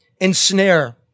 ensnare